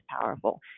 powerful